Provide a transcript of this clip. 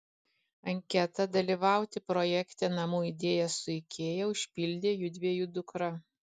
anketą dalyvauti projekte namų idėja su ikea užpildė judviejų dukra